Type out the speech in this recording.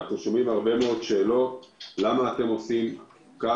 אנחנו שומעים הרבה מאוד פעמים את השאלות למה אתם עושים כך